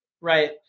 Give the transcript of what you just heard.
Right